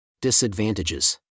Disadvantages